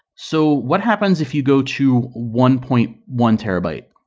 so what happens if you go to one point one terabyte?